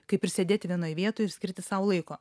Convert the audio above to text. kaip ir sėdėti vienoj vietoj ir skirti sau laiko